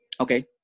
Okay